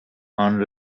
and